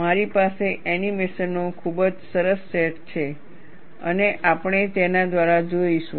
મારી પાસે એનિમેશનનો ખૂબ જ સરસ સેટ છે અને આપણે તેના દ્વારા જોઈશું